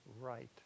right